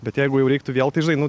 bet jeigu jau reiktų vėl tai žinai nu